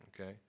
Okay